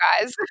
guys